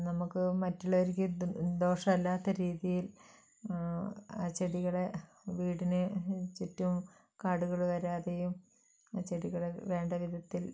നമ്മൾക്ക് മറ്റുള്ളവർക്ക് ദോഷമല്ലാത്ത രീതിയിൽ ആ ചെടികളെ വീടിന് ചുറ്റും കാടുകൾ വരാതെയും ആ ചെടികളെ വേണ്ടവിധത്തിൽ